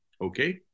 okay